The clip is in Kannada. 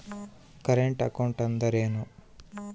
ಕರೆಂಟ್ ಅಕೌಂಟ್ ಅಂದರೇನು?